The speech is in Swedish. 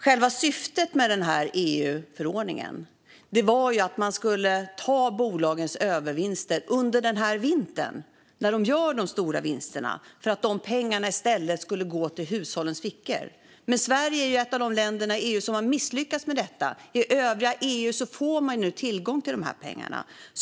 Själva syftet med den här EU-förordningen var att man skulle ta de övervinster bolagen gör under den här vintern - det är nu de gör de stora vinsterna - för att de pengarna i stället skulle gå till hushållens fickor. Men Sverige är ett av de länder i EU som har misslyckats med detta. I övriga EU får man nu tillgång till de här pengarna.